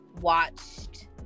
watched